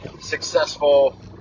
successful